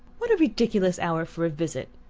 what a ridiculous hour for a visit!